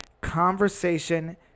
conversation